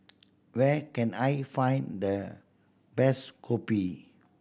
where can I find the best kopi